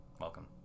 welcome